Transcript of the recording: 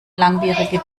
langwierige